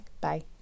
Bye